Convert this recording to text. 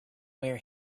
where